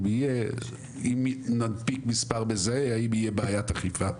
אם תהיה אם ננפיק מספר מזהה האם תהיה בעיית אכיפה?